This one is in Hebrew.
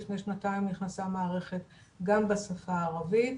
לפני שנתיים נכנסה מערכת גם בשפה הערבית,